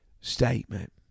statement